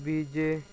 Vijay